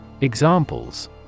Examples